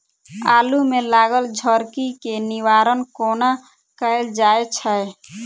आलु मे लागल झरकी केँ निवारण कोना कैल जाय छै?